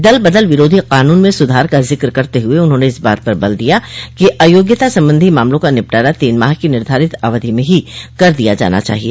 दल बदल विरोधी कानून में सुधार का जिक्र करते हुए उन्होंने इस बात पर बल दिया कि अयोग्यता संबंधी मामलों का निपटारा तीन माह की निर्धारित अवधि में ही कर दिया जाना चाहिए